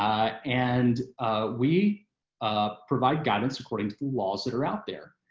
and we ah provide guidance. according to laws that are out there.